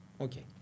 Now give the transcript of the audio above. Okay